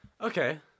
Okay